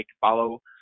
follow